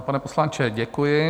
Pane poslanče, děkuji.